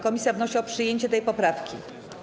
Komisja wnosi o przyjęcie tej poprawki.